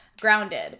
grounded